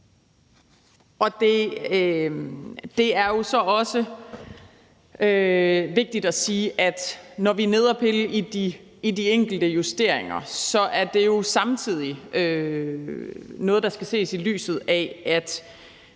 Det er også vigtigt at sige, at når vi er nede at pille i de enkelte justeringer, er det jo samtidig noget, der skal ses i lyset af, at